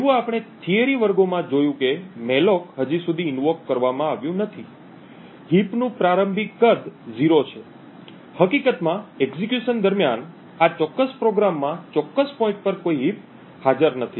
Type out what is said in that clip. જેવું આપણે થિયરી વર્ગોમાં જોયું કે મૅલોક હજી સુધી ઈન્વોક કરવામાં આવ્યું નથી હીપ નું પ્રારંભિક કદ 0 છે હકીકતમાં એક્ઝેક્યુશન દરમિયાન આ ચોક્કસ પ્રોગ્રામમાં ચોક્કસ પોઇન્ટ પર કોઈ હીપ હાજર નથી